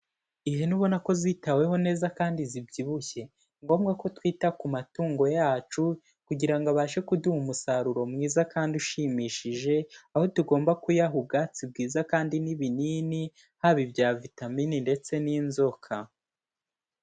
Ihene ubona ko zitaweho neza kandi zibyibushye, ni ngombwa ko twita ku matungo yacu kugira ngo abashe kuduha umusaruro mwiza kandi ushimishije, aho tugomba kuyaha ubwatsi bwiza kandi n'ibinini haba ibya vitamin ndetse n'inzoka.